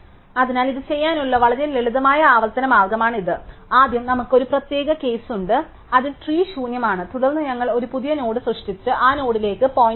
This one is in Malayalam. അതിനാൽ ഇത് ചെയ്യാനുള്ള വളരെ ലളിതമായ ആവർത്തന മാർഗമാണിത് അതിനാൽ ആദ്യം നമുക്ക് ഒരു പ്രത്യേക കേസ് ഉണ്ട് അത് ട്രീ ശൂന്യമാണ് തുടർന്ന് ഞങ്ങൾ ഒരു പുതിയ നോഡ് സൃഷ്ടിച്ച് ആ നോഡിലേക്ക് പോയിന്റ് ചെയ്യും